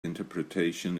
interpretation